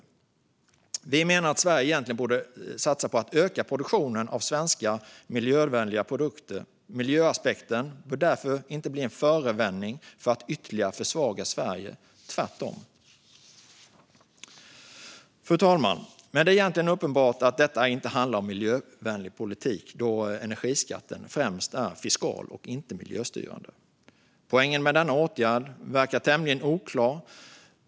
Vi sverigedemokrater menar att Sverige i stället egentligen borde öka produktionen av svenska och miljövänliga produkter. Miljöaspekten bör därför inte bli en förevändning för att ytterligare försvaga Sverige, utan tvärtom. Fru talman! Men det är uppenbart att detta egentligen inte handlar om en miljövänlig politik, då energiskatten främst är fiskal och inte miljöstyrande. Poängen med denna åtgärd verkar därför tämligen oklar.